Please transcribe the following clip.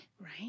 Right